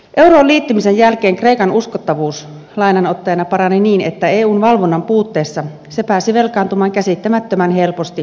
euroon liittymisen jälkeen kreikan uskottavuus lainanottajana parani niin että eun valvonnan puutteessa se pääsi velkaantumaan käsittämättömän helposti ja paljon